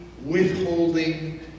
Withholding